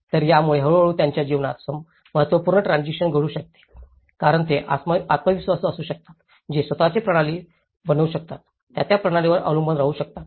तर यामुळे हळूहळू त्यांच्या जीवनात महत्त्वपूर्ण ट्रान्सिशन घडू शकते कारण ते आत्मविश्वासू असू शकतात ते स्वत ची प्रणाली बनवू शकतात त्या त्या प्रणालीवर अवलंबून राहू शकतात